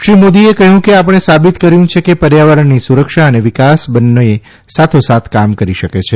શ્રી મોદીએ કહ્યુંકે આપણે સાબિત કર્યું છે કે પર્યાવરણની સુરક્ષા અને વિકાસ બંને સાથોસસાથ કામ કરી શકે છે